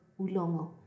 Ulongo